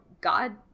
God